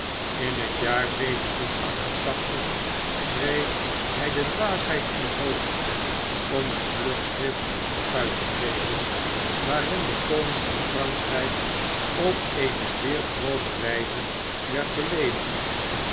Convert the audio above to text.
in het jaar kreeg hij de dwaasheid in het hoofd om een vlugschrift uit te geven waarin de koningin van frankrijk op eene zeer grove wijze werd beleedigd